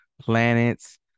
planets